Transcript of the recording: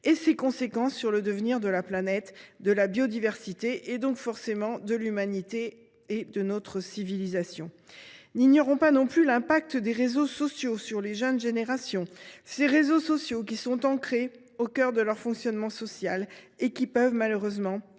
et ses conséquences sur le devenir de la planète et de la biodiversité, donc forcément de l’humanité et de notre civilisation. Nous n’ignorons pas non plus les effets des réseaux sociaux sur les jeunes générations. Ces derniers, qui sont au cœur de leur fonctionnement social, peuvent être les